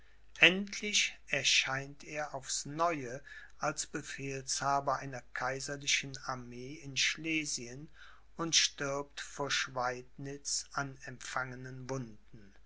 endlich erscheint er aufs neue als befehlshaber einer kaiserlichen armee in schlesien und stirbt vor schweidnitz an empfangenen wunden